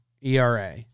ERA